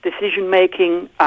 decision-making